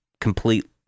complete